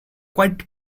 quite